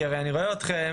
כי הרי אני רואה אתכם,